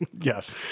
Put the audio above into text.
Yes